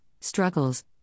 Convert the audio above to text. struggles